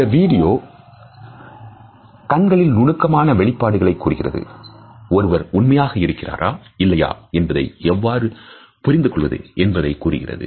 இந்த வீடியோ கண்களில் நுணுக்கமான வெளிப்பாடுகளை கூறுகிறது ஒருவர் உண்மையாக இருக்கிறாரா இல்லையா என்பதை எவ்வாறு புரிந்து கொள்வது என்பதையும் கூறுகிறது